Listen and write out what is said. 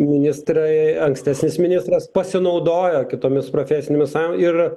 ministrai ankstesnis ministras pasinaudojo kitomis profesinėmis sau ir